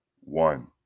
one